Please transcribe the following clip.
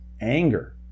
anger